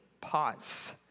pause